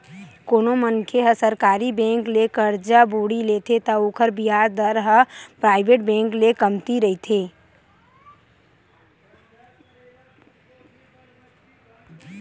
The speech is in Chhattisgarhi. कोनो मनखे ह सरकारी बेंक ले करजा बोड़ी लेथे त ओखर बियाज दर ह पराइवेट बेंक ले कमती रहिथे